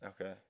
Okay